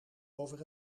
over